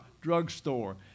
drugstore